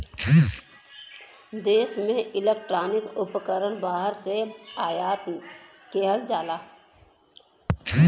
देश में इलेक्ट्रॉनिक उपकरण बाहर से आयात किहल जाला